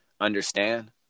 understand